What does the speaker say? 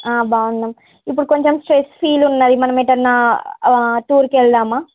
ఆ బాగున్నాం ఇప్పుడు కొంచం స్ట్రెస్ ఫీల్ ఉన్నది మనం ఎటన్నా టూర్కెళ్దామా